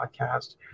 podcast